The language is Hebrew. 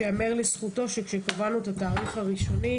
שייאמר לזכותו שכשקבענו את התאריך הראשוני